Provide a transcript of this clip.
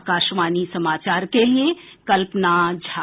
आकाशवाणी समाचार के लिए कल्पना झा